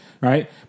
Right